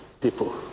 people